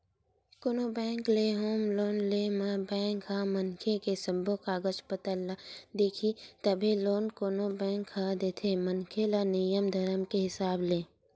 कोनो बेंक ले home loan ले म बेंक ह मनखे के सब्बो कागज पतर ल देखही तभे लोन कोनो बेंक ह देथे मनखे ल नियम धरम के हिसाब ले